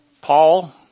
Paul